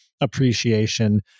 appreciation